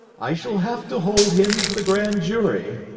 i shall have to hold him for the grand jury.